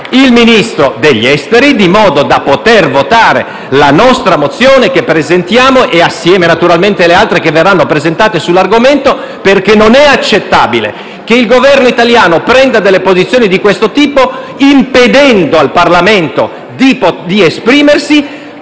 internazionale, in modo da poter votare la nostra mozione, naturalmente insieme alle altre che verranno presentate sull'argomento, perché non è accettabile che il Governo italiano prenda posizioni di questo tipo, impedendo al Parlamento di esprimersi,